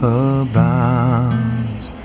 abounds